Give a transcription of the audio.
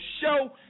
show